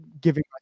giving